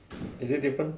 is it different